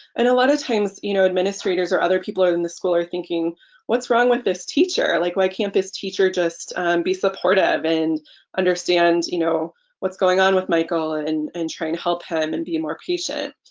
and a lot of times you know administrators or other people in the school are thinking what's wrong with this teacher? like why can't this teacher just be supportive and understand you know what's going on with michael and and trying to help him and be more patient.